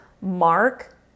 mark